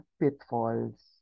pitfalls